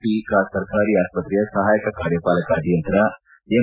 P ಸರ್ಕಾರಿ ಆಸ್ಪತ್ರೆಯ ಸಹಾಯಕ ಕಾರ್ಯಪಾಲಕ ಅಭಿಯಂತರ ಎಂ